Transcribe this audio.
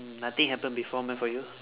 nothing happened before meh for you